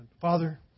Father